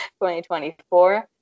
2024